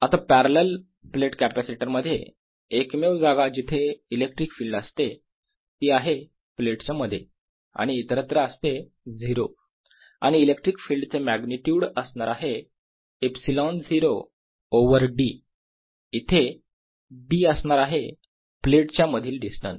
आता parallel plate capacitor मध्ये एकमेव जागा जिथे इलेक्ट्रिक फील्ड असते ती आहे प्लेट च्या मध्ये आणि इतरत्र असते 0 आणि इलेक्ट्रिक फील्ड चे मॅग्निट्युड असणार आहे ε0 ओवर d इथे d असणार आहे प्लेट च्या मधील डिस्टन्स